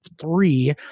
three